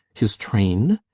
his train?